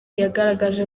yagaragaje